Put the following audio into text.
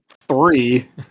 three